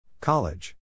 College